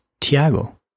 Tiago